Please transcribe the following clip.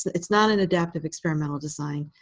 it's not an adaptive experimental design.